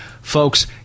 folks